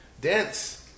dense